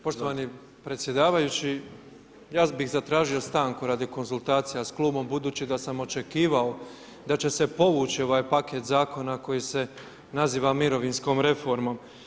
Poštovani predsjedavajući, ja bih zatražio stanku radi konzultacija s klubom budući da sam očekivao da će se povući ovaj paket zakona koji se naziva mirovinskom reformom.